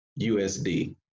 USD